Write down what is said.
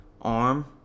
arm